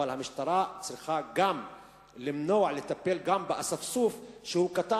אבל המשטרה צריכה גם למנוע ולטפל באספסוף שהוא קטן,